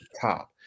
top